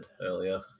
earlier